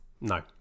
No